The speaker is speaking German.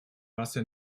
wasser